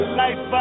life